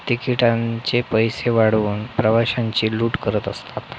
तिकिटांचे पैसे वाढवून प्रवाशांची लूट करत असतात